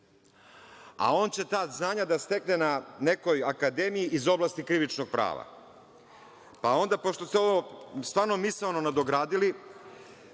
a on će ta znanja da stekne na nekoj akademiji iz oblasti krivičnog prava. Pa onda, pošto ste ovo stvarno misaono nadogradili,